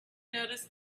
noticed